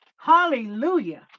hallelujah